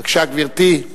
בבקשה, גברתי,